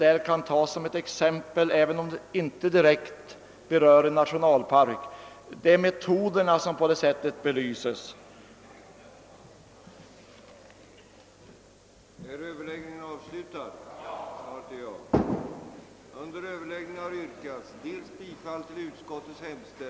Det kan ju tjäna som ett exempel, även om det inte direkt beröt en nationalpark. Det är metoderna som på det sättet belyses. Till riksdagens andra kammare Härmed får jag anhålla om ledighet